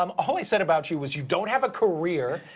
um all i said about you was you don't have a career,